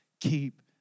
keep